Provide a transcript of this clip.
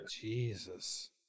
Jesus